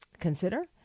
consider